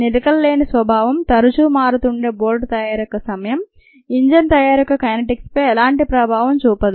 నిలకడలేని స్వభావం తరచూ మారుతుండే బోల్ట్ తయారీ యొక్క సమయం ఇంజిన్ తయారీ యొక్క కైనెటిక్స్పై ఎలాంటి ప్రభావం చూపదు